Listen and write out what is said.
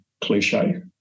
cliche